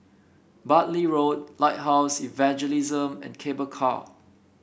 Bartley Road Lighthouse Evangelism and Cable Car